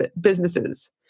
businesses